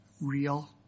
real